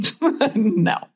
no